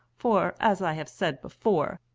for, as i have said before,